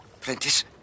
Prentice